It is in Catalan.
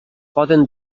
poden